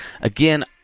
Again